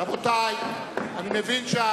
אני מבין,